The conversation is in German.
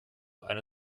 eine